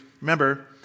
Remember